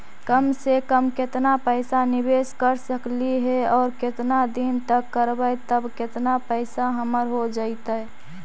कम से कम केतना पैसा निबेस कर सकली हे और केतना दिन तक करबै तब केतना पैसा हमर हो जइतै?